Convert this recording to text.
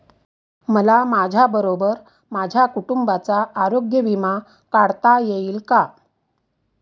मला माझ्याबरोबर माझ्या कुटुंबाचा आरोग्य विमा काढता येईल का?